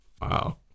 wow